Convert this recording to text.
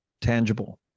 tangible